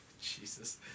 Jesus